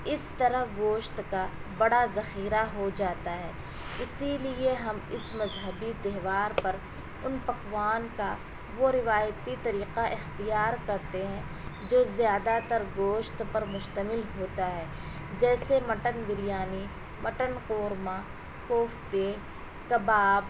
اس طرح گوشت کا بڑا ذخیرہ ہو جاتا ہے اسی لیے ہم اس مذہبی تہوار پر ان پکوان کا وہ روایتی طریقہ اختیار کرتے ہیں جو زیادہ تر گوشت پر مشتمل ہوتا ہے جیسے مٹن بریانی مٹن قورما کوفتے کباب